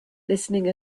listening